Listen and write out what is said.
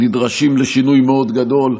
נדרשים לשינוי מאוד גדול.